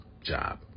job